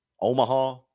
Omaha